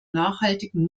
nachhaltigen